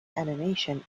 animation